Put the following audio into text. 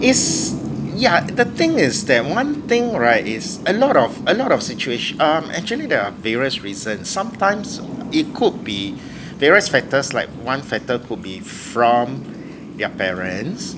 its yeah the thing is that one thing right is a lot of a lot of situati~ um actually there are various reason sometimes it could be various factors like one factor could be from their parents